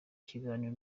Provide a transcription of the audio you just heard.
kiganiro